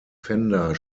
fender